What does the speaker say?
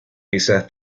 esas